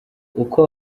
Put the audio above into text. uko